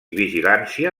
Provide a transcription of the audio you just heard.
vigilància